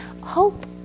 Hope